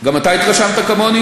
גם אתה התרשמת כמוני,